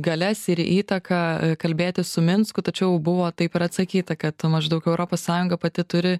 galias ir įtaką kalbėtis su minsku tačiau buvo taip ir atsakyta kad maždaug europos sąjunga pati turi